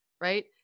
right